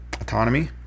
autonomy